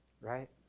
right